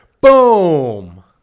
Boom